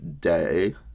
day